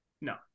No